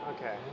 Okay